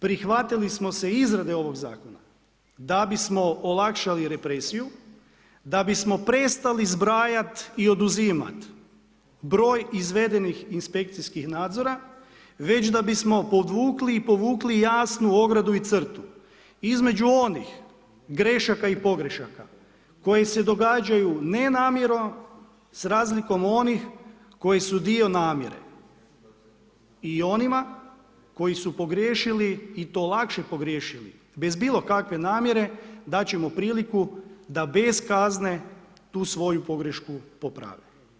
Prihvatili smo se izrade ovog zakona da bismo olakšali represiju, da bismo prestali zbrajat i oduzimat broj izvedenih inspekcijskih nadzora već da bismo podvukli i povukli jasnu ogradu i crtu između onih grešaka i pogrešaka koje se događaju ne namjerom, s razlikom onih koji su dio namjere i onima koji su pogriješili i to lakše pogriješili bez bilo kakve namjere, dati ćemo priliku da bez kazne tu svoju pogrešku poprave.